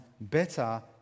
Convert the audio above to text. better